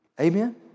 Amen